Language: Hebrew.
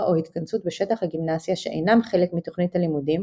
או התכנסות בשטח הגימנסיה שאינם חלק מתכנית הלימודים